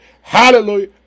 Hallelujah